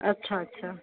अच्छा अच्छा